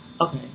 Okay